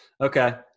Okay